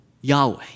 Yahweh